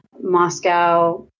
Moscow